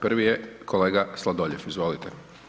Prvi je kolega Sladoljev, izvolite.